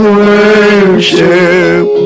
worship